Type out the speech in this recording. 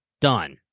done